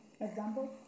example